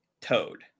Toad